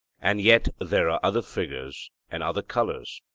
and yet there are other figures and other colours.